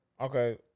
Okay